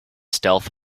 stealth